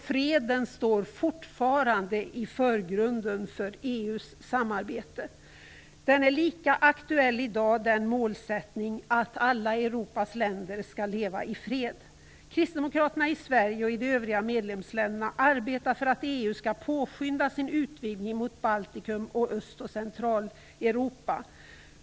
Freden står fortfarande i förgrunden för EU:s samarbete. Målsättningen att alla Europas länder skall leva i fred är lika aktuell i dag. Kristdemokraterna i Sverige och i de övriga medlemsländerna arbetar för att EU skall påskynda sin utvidgning mot Baltikum och Öst och Centraleuropa.